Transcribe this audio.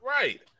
Right